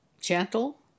gentle